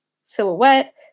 silhouette